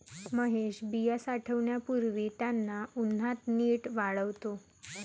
महेश बिया साठवण्यापूर्वी त्यांना उन्हात नीट वाळवतो